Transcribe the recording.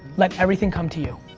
let everything come to you,